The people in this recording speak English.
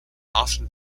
often